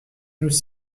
nous